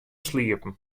sliepen